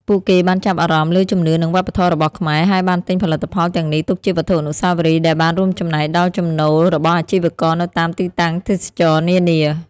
ពួកគេបានចាប់អារម្មណ៍លើជំនឿ និងវប្បធម៌របស់ខ្មែរ ហើយបានទិញផលិតផលទាំងនេះទុកជាវត្ថុអនុស្សាវរីយ៍ ដែលបានរួមចំណែកដល់ចំណូលរបស់អាជីវករនៅតាមទីតាំងទេសចរណ៍នានា។